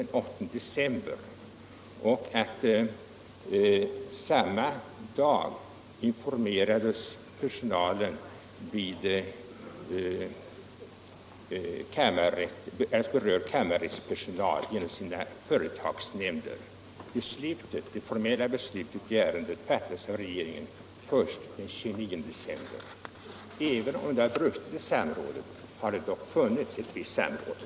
Samma dag informerades berörd kammarrättspersonal genom sina företagsnämnder. Det formella beslutet i ärendet fattades av regeringen först den 29 december. Även om det har brustit i samråd, har det dock funnits ett visst samråd.